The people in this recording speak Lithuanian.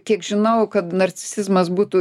kiek žinau kad narcisizmas būtų